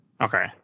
Okay